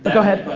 go ahead.